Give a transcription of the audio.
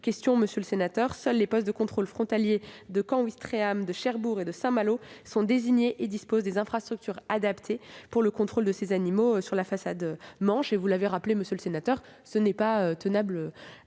à votre seconde question, seuls les postes de contrôle frontalier de Caen-Ouistreham, de Cherbourg et de Saint-Malo sont désignés et disposent des infrastructures adaptées pour le contrôle de ces animaux sur la façade Manche. Vous l'avez dit, ce n'est pas tenable